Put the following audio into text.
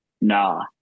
Nah